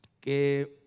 que